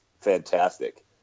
fantastic